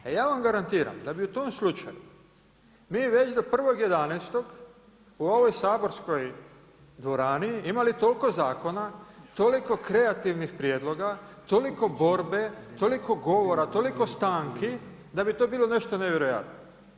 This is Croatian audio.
A ja vam garantiram da bi u tom slučaju mi već do 1.11. u ovoj saborskoj dvorani imali toliko zakona, toliko kreativnih prijedloga, toliko borbe, toliko govora, toliko stanki da bi to bilo nešto nevjerojatno.